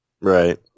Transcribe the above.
Right